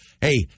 Hey